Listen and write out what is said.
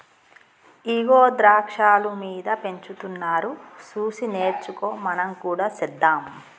ఇగో ద్రాక్షాలు మీద పెంచుతున్నారు సూసి నేర్చుకో మనం కూడా సెద్దాం